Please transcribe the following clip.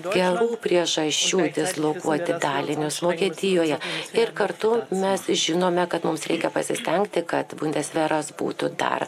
gerų priežasčių dislokuoti dalinius vokietijoje ir kartu mes žinome kad mums reikia pasistengti kad bundesveras būtų dar